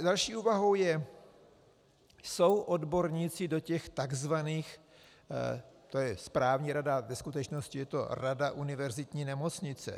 Další úvahou je jsou odborníci do těch takzvaných to je správní rada, ve skutečnosti je to rada univerzitní nemocnice.